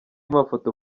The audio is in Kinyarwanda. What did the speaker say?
mafoto